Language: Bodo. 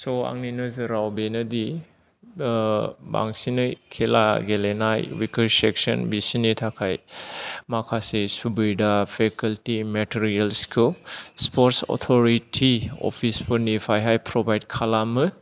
स आंनि नोजोराव बेनोदि ओ बांसिनै खेला गेलेनाय विकार सेकसन बिसिनि थाखाय माखासे सुबिदा फेकाल्टि मेटेरियेल्सखौ स्पर्ट्स अटरिटि अपिस फोरनिफ्रायहाय प्रभाइड खालामो